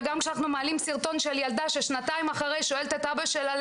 וגם כשאנחנו מעלים סרטון של ילדה ששנתיים אחרי שואלת את אבא שלה,